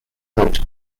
out